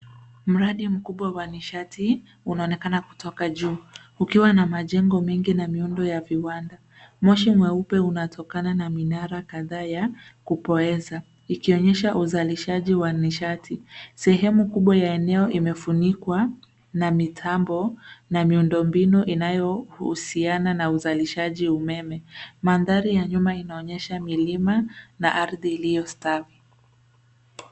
Mradi mkubwa wa nishati, unaonekana kutoka juu. Ukiwa na majengo mengi na miundo ya viwanda. Moshi mweupe unatokana na minara kadhaa ya kupoeza, ikionyesha uzalishaji wa nishati. Sehemu kubwa ya eneo imefunikwa na mitambo na miundombinu, inayohusiana na uzalishaji umeme. Mandhari ya nyuma inaonyesha milima, na ardhi iliyostawi.